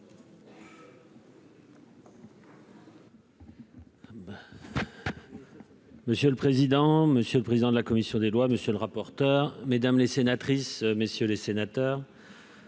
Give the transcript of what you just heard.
Monsieur le président, monsieur le président de la commission des lois, monsieur le rapporteur, mesdames, messieurs les sénateurs,